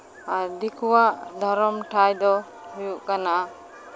ᱟᱨ ᱫᱤᱠᱩᱭᱟᱜ ᱫᱷᱚᱨᱚᱢ ᱴᱷᱟᱸᱭ ᱫᱚ ᱦᱩᱭᱩᱜ ᱠᱟᱱᱟ